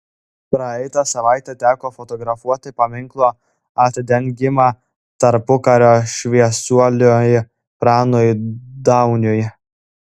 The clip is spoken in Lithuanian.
praeitą savaitę teko fotografuoti paminklo atidengimą tarpukario šviesuoliui pranui dauniui